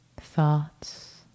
Thoughts